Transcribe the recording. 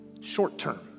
short-term